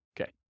Okay